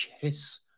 chess